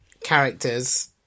characters